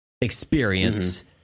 experience